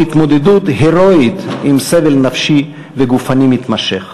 התמודדות הירואית עם סבל נפשי וגופני מתמשך.